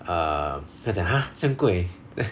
err 她讲 !huh! 这样贵